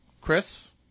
Chris